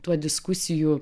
tuo diskusijų